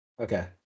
Okay